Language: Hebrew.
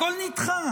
הכול נדחה